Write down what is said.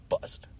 Bust